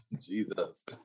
Jesus